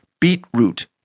Beetroot